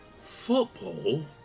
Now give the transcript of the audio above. Football